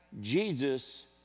Jesus